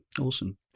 awesome